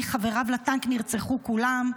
חבריו לטנק נרצחו כולם,